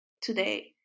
today